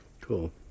Cool